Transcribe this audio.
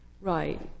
Right